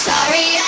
Sorry